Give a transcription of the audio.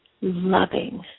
loving